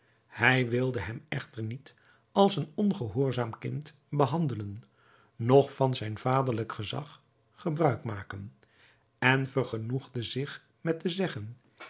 hij wilde hem echter niet als een ongehoorzaam kind behandelen noch van zijn vaderlijk gezag gebruik maken en vergenoegde zich met te zeggen